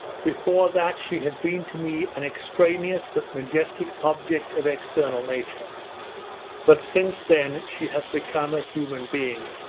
before that she had been to me an extraneous but majestic object of external nature but since then she has become a human being.